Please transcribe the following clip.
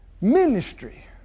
ministry